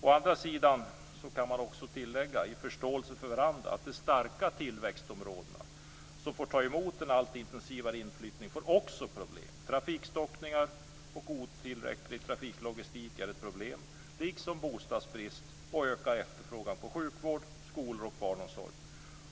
Å andra sidan kan man tillägga i förståelse för varandra att de starka tillväxtområdena, som får ta emot en allt intensivare inflyttning, också får problem. Trafikstockningar och otillräcklig trafiklogistik är ett problem, liksom bostadsbrist och ökad efterfrågan på sjukvård, skolor och barnomsorg.